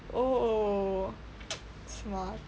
oh smart